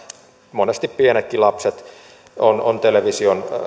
monesti pienetkin lapset ovat television